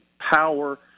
power